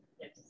Yes